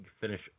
Finish